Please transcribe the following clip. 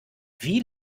wie